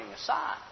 aside